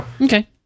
Okay